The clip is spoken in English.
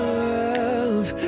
love